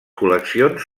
col·leccions